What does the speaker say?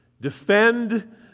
Defend